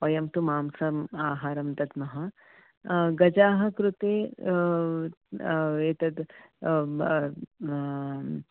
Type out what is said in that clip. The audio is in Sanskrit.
वयं तु मांस आहारं दद्मः गजाः कृते एतत्